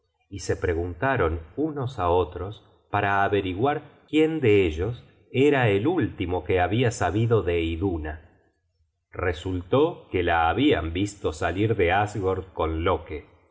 y se preguntaron unos á otros para averiguar quién de ellos era el último que habia sabido de iduna resultó que la habian visto salir de asgord con loke fue